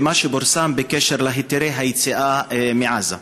על מה שפורסם בקשר להיתרי היציאה מעזה.